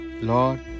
Lord